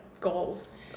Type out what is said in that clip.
goals